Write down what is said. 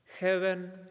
Heaven